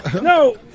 No